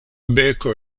beko